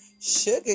sugar